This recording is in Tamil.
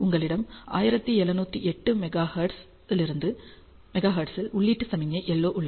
உங்களிடம் 1708 மெகா ஹெர்ட்ஸில் உள்ளீட்டு சமிக்ஞை LO உள்ளது